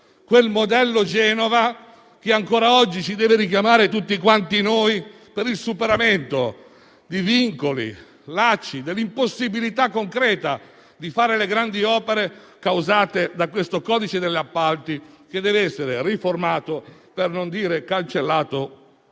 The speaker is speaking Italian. Quel modello Genova ancora oggi deve richiamare tutti noi al superamento dei vincoli, dei lacci e dell'impossibilità concreta di fare le grandi opere a causa di questo codice degli appalti che dev'essere riformato, per non dire cancellato e